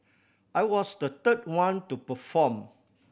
I was the third one to perform